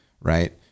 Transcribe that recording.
Right